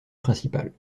principales